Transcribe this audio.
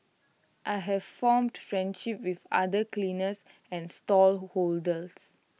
I have formed friendships with other cleaners and stallholders